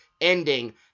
ending